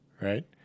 right